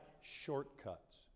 shortcuts